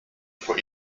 for